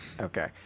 Okay